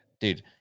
dude